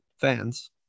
fans